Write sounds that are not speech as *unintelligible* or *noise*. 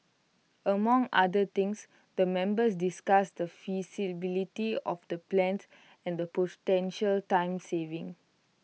among other things the members discussed the feasibility of the plans and the *unintelligible* time savings